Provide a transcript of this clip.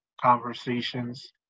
Conversations